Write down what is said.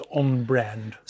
on-brand